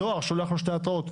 הדואר שולח לו שתי התראות.